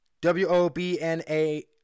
W-O-B-N-A